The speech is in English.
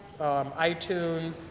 iTunes